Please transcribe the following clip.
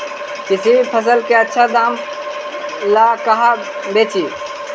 किसी भी फसल के आछा दाम ला कहा बेची?